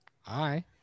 Hi